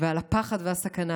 הפחד והסכנה.